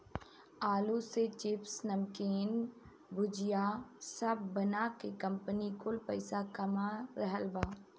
आलू से चिप्स, नमकीन, भुजिया सब बना के कंपनी कुल पईसा कमा रहल बा